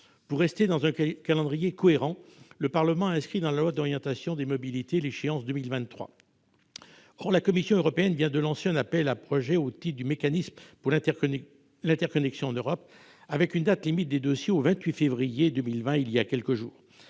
Pour rester dans un calendrier cohérent, le Parlement a inscrit dans la loi d'orientation des mobilités l'échéance de 2023. Or la Commission européenne vient de lancer un appel à projets au titre du mécanisme pour l'interconnexion en Europe, les dossiers devant être déposés avant le 28 février 2020 : la date limite